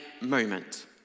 moment